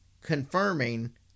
confirming